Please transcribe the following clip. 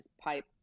pipe